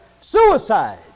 suicide